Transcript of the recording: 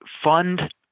fund